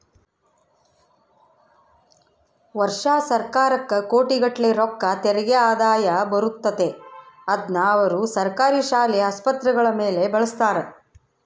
ವರ್ಷಾ ಸರ್ಕಾರಕ್ಕ ಕೋಟಿಗಟ್ಟಲೆ ರೊಕ್ಕ ತೆರಿಗೆ ಆದಾಯ ಬರುತ್ತತೆ, ಅದ್ನ ಅವರು ಸರ್ಕಾರಿ ಶಾಲೆ, ಆಸ್ಪತ್ರೆಗಳ ಮೇಲೆ ಬಳಸ್ತಾರ